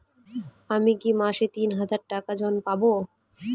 আমি কি মাসে তিন হাজার টাকার ঋণ পাবো?